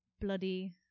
Bloody